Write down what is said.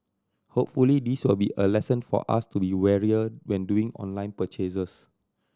hopefully this will be a lesson for us to be warier when doing online purchases